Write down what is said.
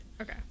Okay